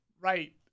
Right